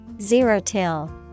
Zero-till